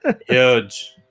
Huge